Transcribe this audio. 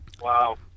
Wow